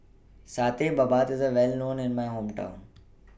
Satay Babat IS A Well known in My Hometown